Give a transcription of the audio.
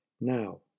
Now